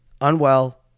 Unwell